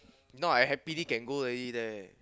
now I happily can go already leh